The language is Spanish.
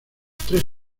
tres